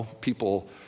people